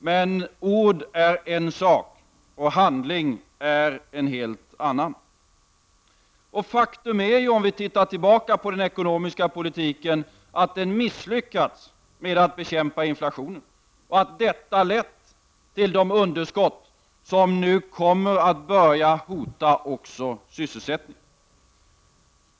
Men ord är en sak och handling är en helt annan. Faktum är, om vi tittar tillbaka på den ekonomiska politiken, att den har misslyckats med att bekämpa inflationen och att detta lett till de underskott som nu kommer att börja hota också sysselsättningen.